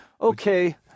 okay